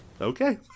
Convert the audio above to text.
Okay